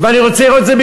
ואני רוצה לראות את זה,